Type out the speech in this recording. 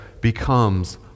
becomes